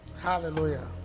Hallelujah